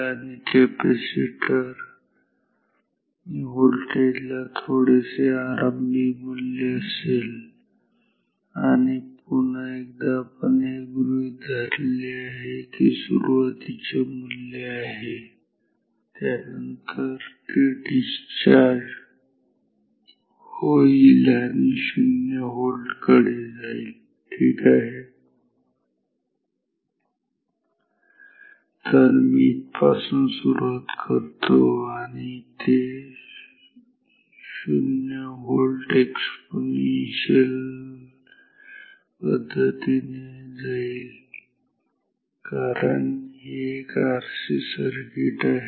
तर capacitor voltage ला थोडेसे आरंभी मूल्य असेल आणि पुन्हा एकदा हे आपण गृहीत धरले आहे की हे सुरुवातीचे मूल्य आहे त्यानंतर ते डिस्चार्ज होईल आणि 0V कडे जाईल ठीक आहे तर मी इथपासून सुरुवात करतो आणि आणि ते 0V कडे एक्सपोनेन्शियल पद्धतीने जाईल कारण हे एक RC सर्किट आहे